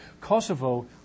Kosovo